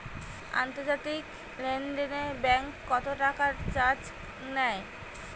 আন্তর্জাতিক লেনদেনে ব্যাংক কত টাকা চার্জ নেয়?